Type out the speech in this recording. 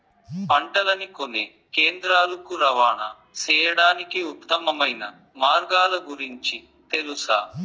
పంటలని కొనే కేంద్రాలు కు రవాణా సేయడానికి ఉత్తమమైన మార్గాల గురించి తెలుసా?